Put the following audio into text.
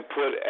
put